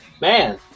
man